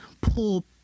pull